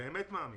באמת מאמין,